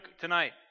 tonight